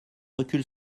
recul